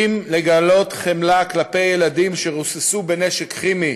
אם לגלות חמלה כלפי ילדים שרוססו בנשק כימי